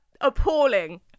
appalling